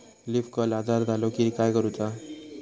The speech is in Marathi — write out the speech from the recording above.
लीफ कर्ल आजार झालो की काय करूच?